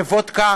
בוודקה,